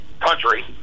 country